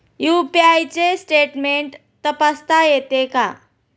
UPI चे statement तपासता येते का?